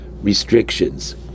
restrictions